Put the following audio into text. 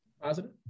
Positive